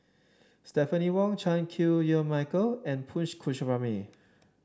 Stephanie Wong Chan Chew Yow Michael and Punch Coomaraswamy